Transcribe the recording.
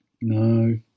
No